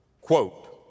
Quote